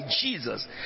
jesus